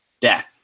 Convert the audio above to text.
death